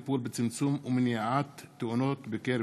בנושא: חדלות המדינה בטיפול בצמצום ומניעת תאונות בקרב